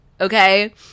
okay